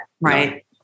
right